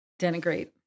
denigrate